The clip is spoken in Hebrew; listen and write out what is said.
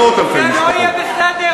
מאות-אלפי משפחות.